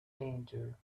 danger